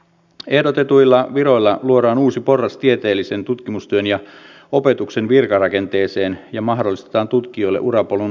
ehdotetuilla viroilla luodaan uusi porras tieteellisen tutkimustyön ja opetuksen virkarakenteeseen ja mahdollistetaan tutkijoille urapolun luominen maanpuolustuskorkeakouluun